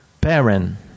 parent